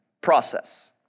process